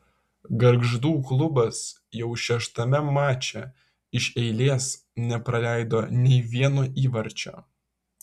gargždų klubas jau šeštame mače iš eilės nepraleido nei vieno įvarčio